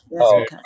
Okay